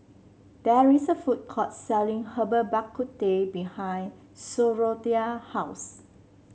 there is a food court selling Herbal Bak Ku Teh behind Sophronia house